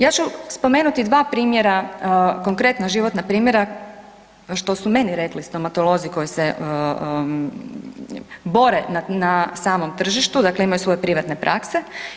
Ja ću spomenuti dva primjera, konkretna životna primjera što su meni rekli stomatolozi koji se bore na samom tržištu, dakle imaju svoje privatne prakse.